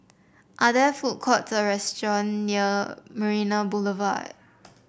are there food courts or restaurant near Marina Boulevard